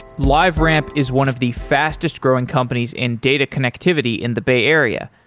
liveramp is one of the fastest-growing companies in data connectivity in the bay area.